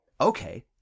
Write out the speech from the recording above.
okay